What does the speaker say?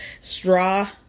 straw